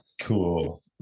Cool